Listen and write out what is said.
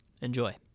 Enjoy